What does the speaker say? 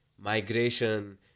Migration